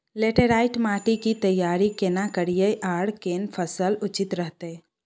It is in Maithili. लैटेराईट माटी की तैयारी केना करिए आर केना फसल उचित रहते?